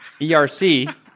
ERC